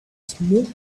smoke